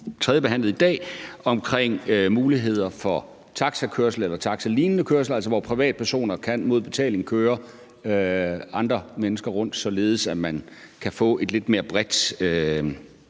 om muligheder for taxakørsel eller taxalignende kørsel, altså hvor privatpersoner mod betaling kan køre andre mennesker rundt, således at man kan få et lidt mere bredt